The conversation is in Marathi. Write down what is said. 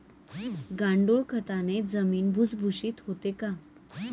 गांडूळ खताने जमीन भुसभुशीत होते का?